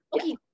okay